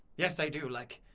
yes i do like.